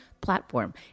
platform